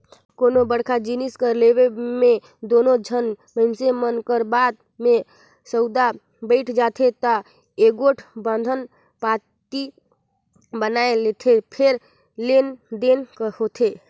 कोनो बड़का जिनिस कर लेवब म दूनो झन मइनसे मन कर बात में सउदा पइट जाथे ता एगोट बंधन पाती बनवाए लेथें फेर लेन देन होथे